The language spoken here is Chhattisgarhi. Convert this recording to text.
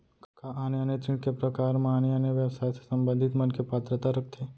का आने आने ऋण के प्रकार म आने आने व्यवसाय से संबंधित मनखे पात्रता रखथे?